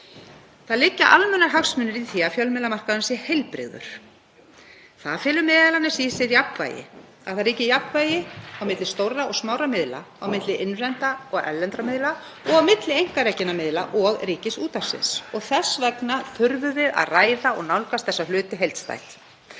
Það liggja almannahagsmunir í því að fjölmiðlamarkaðurinn sé heilbrigður. Það felur m.a. í sér jafnvægi, að það ríki jafnvægi á milli stórra og smárra miðla, á milli innlendra og erlendra miðla og á milli einkarekinna miðla og Ríkisútvarpsins. Þess vegna þurfum við að ræða og nálgast þessa hluti heildstætt.